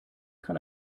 kann